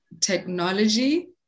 technology